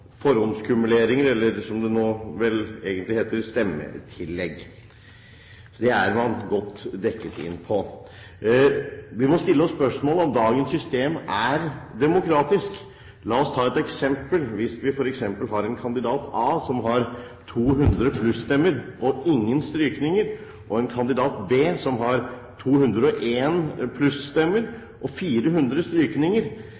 eller som det vel nå egentlig heter, stemmetillegg. Der er man godt dekket. Vi må stille oss spørsmål om dagens system er demokratisk. La oss ta et eksempel. Hvis vi har en kandidat A som har 200 plusstemmer og ingen strykninger, og en kandidat B som har 201 plusstemmer og